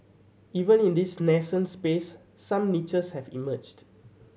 even in this nascent space some niches have emerged